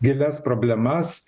gilias problemas